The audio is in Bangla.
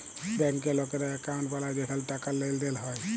ব্যাংকে লকেরা একউন্ট বালায় যেখালে টাকার লেনদেল হ্যয়